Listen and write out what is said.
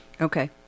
Okay